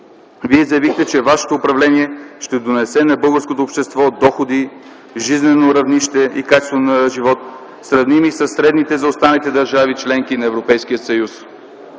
Вие заявихте, че вашето управление ще донесе на българското общество доходи, жизнено равнище и качество на живот, сравними със средните за останалите държави – членки на Европейския съюз.